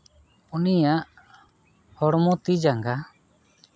ᱩᱱᱤᱭᱟᱜ ᱦᱚᱲᱢᱚ ᱛᱤ ᱡᱟᱝᱜᱟ